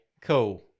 Cool